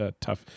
tough